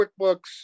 QuickBooks